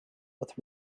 with